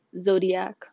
Zodiac